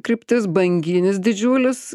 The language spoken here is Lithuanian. kryptis banginis didžiulis